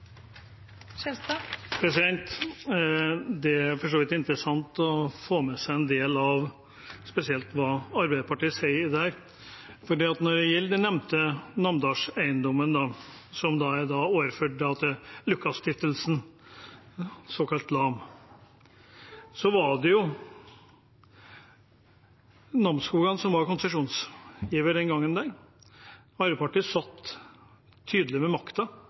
regjering. Det er for så vidt interessant å få med seg en del av det spesielt Arbeiderpartiet sier, for når det gjelder den nevnte Namdalseiendommen som er overført til Lukas Stiftung, såkalt LAM, var det jo Namsskogan som var konsesjonsgiver den gangen. Arbeiderpartiet satt tydelig med